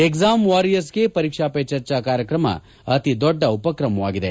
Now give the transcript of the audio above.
exam ವಾರಿಯರ್ಸ್ಗೆ ಪರೀಕ್ಸಾ ಪೇ ಚರ್ಚಾ ಕಾರ್ಯಕ್ರಮ ಅತಿದೊಡ್ಡ ಉಪಕ್ರಮವಾಗಿದೆ